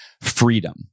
freedom